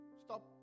Stop